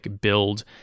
build